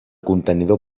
contenidor